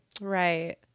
Right